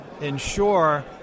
ensure